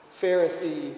Pharisee